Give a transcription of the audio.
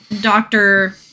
Doctor